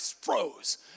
froze